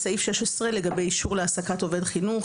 בסעיף 16 לגבי אישור להעסקת עובד חינוך,